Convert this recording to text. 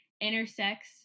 intersects